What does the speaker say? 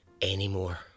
Anymore